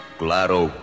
claro